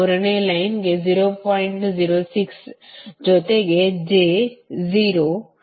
06 ಜೊತೆಗೆ j 0 0